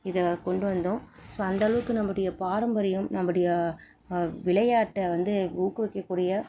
இதை கொண்டு வந்தோம் ஸோ அந்தளவுக்கு நம்முடைய பாரம்பரியம் நம்முடைய விளையாட்டை வந்து ஊக்குவிக்கக்கூடிய